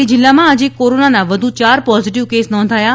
અમરેલી જીલ્લામાં આજે કોરોનાના વધુ ચાર પોઝીટીવ કેસ નોંધાયા છે